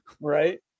Right